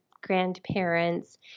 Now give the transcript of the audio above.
grandparents